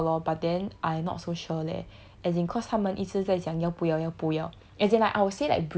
most likely 做这个 lor but then I not so sure leh as in cause 他们一直在想要不要要不要